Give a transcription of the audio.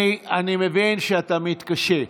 אני מבין שאתה מתקשה.